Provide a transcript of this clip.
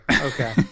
okay